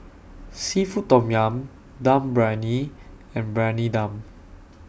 Seafood Tom Yum Dum Briyani and Briyani Dum